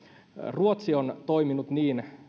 ruotsi on toiminut niin